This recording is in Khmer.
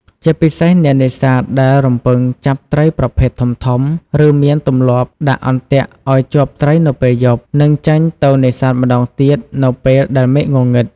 ជាពិសេស អ្នកនេសាទដែលរំពឹងចាប់ត្រីប្រភេទធំៗ ឬមានទម្លាប់ដាក់អន្ទាក់ឲ្យជាប់ត្រីនៅពេលយប់ នឹងចេញទៅនេសាទម្តងទៀតនៅពេលដែលមេឃងងឹត។